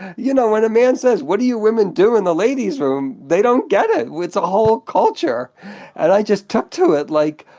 you know, when a man says, what do you women do in the ladies room? they don't get it. it's a whole culture and i just took to it like,